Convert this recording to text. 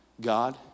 God